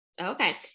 okay